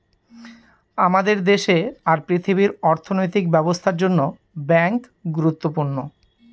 আমাদের দেশে আর পৃথিবীর অর্থনৈতিক ব্যবস্থার জন্য ব্যাঙ্ক গুরুত্বপূর্ণ